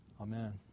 Amen